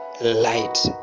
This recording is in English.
light